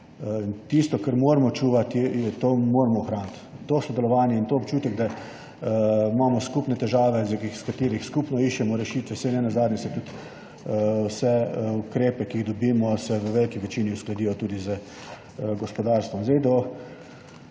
Tisto, kar moramo čuvati, to moramo ohraniti, to sodelovanje in ta občutek, da imamo skupne težave, iz katerih skupno iščemo rešitve. Nenazadnje se tudi vsi ukrepi, ki jih dobimo, v veliki večini uskladijo tudi z gospodarstvom. Tisto,